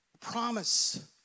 promise